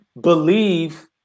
believe